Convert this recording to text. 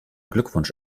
glückwunsch